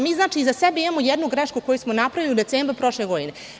Mi znači iza sebe imamo jednu grešku koju smo napravili u decembru prošle godine.